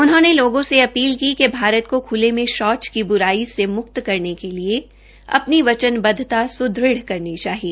उन्होंने लोगों से अपील की भारत को ख्ले में शौच की ब्राई से मुक्त करने के लिए अपनी वचनबद्वता सुदृढ़ करनी चाहिए